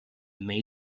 may